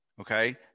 Okay